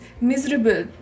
miserable